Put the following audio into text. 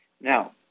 Now